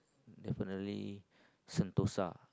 definitely Sentosa